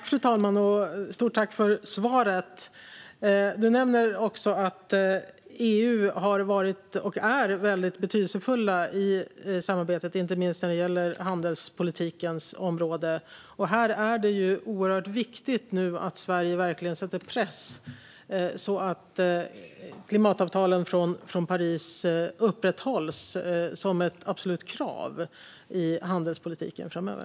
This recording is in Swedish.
Fru talman! Stort tack för svaret! Statsrådet nämner att EU har varit, och är, betydelsefullt i samarbetet, inte minst på handelspolitikens område. Här är det oerhört viktigt att Sverige verkligen sätter press så att klimatavtalen från Paris upprätthålls som ett absolut krav i handelspolitiken framöver.